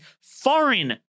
foreign